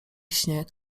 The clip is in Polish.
śnieg